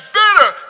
better